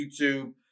YouTube